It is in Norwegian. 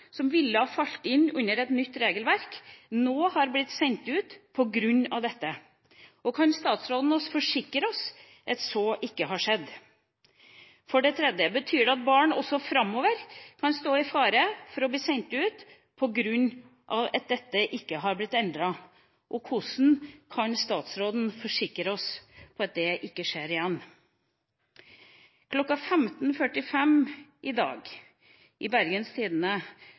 som ville falt inn under et nytt regelverk, nå har blitt sendt ut på grunn av dette? Og kan statsråden forsikre oss om at det ikke har skjedd? Mitt tredje spørsmål er: Betyr det at barn også framover kan stå i fare for å bli sendt ut på grunn av at dette ikke har blitt endret, og hvordan kan statsråden forsikre oss om at det ikke skjer igjen? Kl. 15.45 i dag i Bergens Tidende